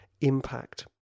impact